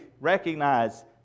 recognize